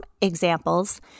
examples